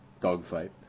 dogfight